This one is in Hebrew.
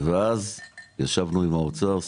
ואז ישבנו עם האוצר,